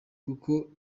kuko